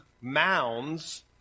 mounds